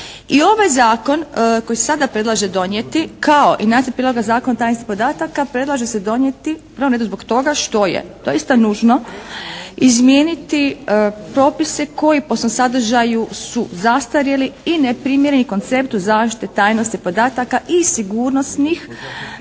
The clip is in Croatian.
i ovaj Zakon koji se sada predlaže donijeti kao i nacrt Prijedloga Zakona o tajnosti podataka predlaže se donijeti u prvom redu zbog toga što je doista nužno izmijeniti propise koji po svom sadržaju su zastarjeli i neprimjereni konceptu zaštite tajnosti podataka i sigurnosnih